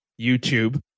YouTube